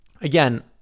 Again